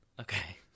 Okay